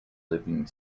living